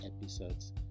episodes